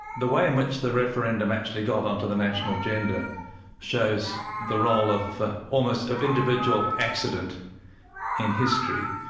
the way in which the referendum actually got onto the national agenda shows the role of almost of individual accident in history.